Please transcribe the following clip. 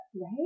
right